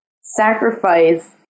sacrifice